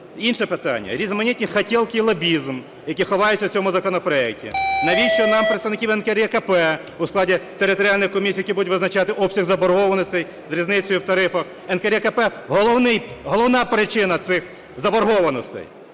Інше питання – різноманітні "хотєлки" і лобізм, які ховаються у цьому законопроекті. навіщо нам представники НКРЕКП у складі територіальних комісій, які будуть визначати обсяг заборгованостей з різницею в тарифах. НКРЕКП – головна причина цих заборгованостей.